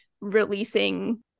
releasing